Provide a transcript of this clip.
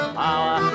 power